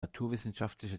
naturwissenschaftliche